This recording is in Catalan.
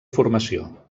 formació